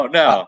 no